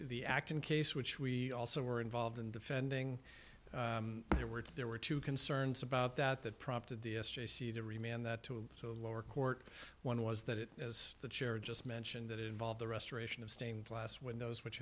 the action case which we also were involved in defending there were there were two concerns about that that prompted the s j c to remain on that two of the lower court one was that it as the chair just mentioned that involved the restoration of stained glass windows which